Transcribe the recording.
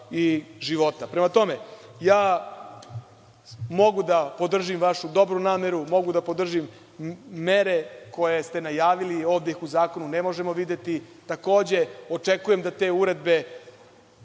života. Prema tome, mogu da podržim vašu dobru nameru, mogu da podržim mere koje ste najavili, ovde ih u zakonu ne možemo videti. Takođe, očekujem da te uredbe